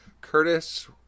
Curtis